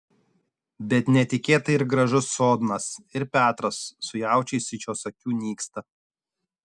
bet netikėtai ir gražus sodnas ir petras su jaučiais iš jos akių nyksta